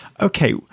okay